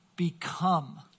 become